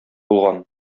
булган